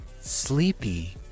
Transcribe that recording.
sleepy